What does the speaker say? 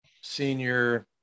senior